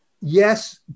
yes